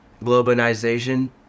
globalization